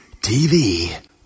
TV